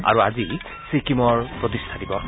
আৰু আজি ছিক্কিমৰ প্ৰতিষ্ঠা দিৱস